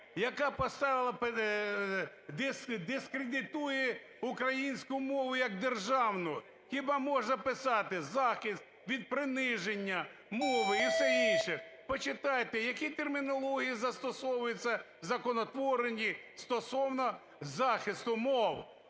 дискредитує українську мову як державну. Хіба можна писати: захист від приниження мови і все інше? Почитайте, які термінології застосовуються законотворенні стосовно захисту мов,